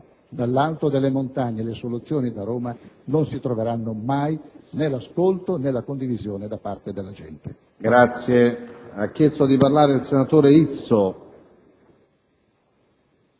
dall'alto delle montagne le soluzioni da Roma, non si troveranno mai né l'ascolto, né la condivisione della gente.